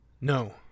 No